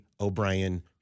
O'Brien